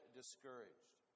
discouraged